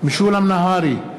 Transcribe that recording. משולם נהרי,